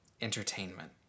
entertainment